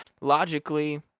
logically